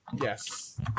Yes